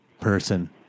person